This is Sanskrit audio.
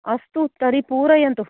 अस्तु तर्हि पूरयतु अस्ति